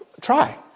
try